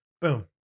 Boom